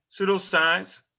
Pseudoscience